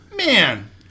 Man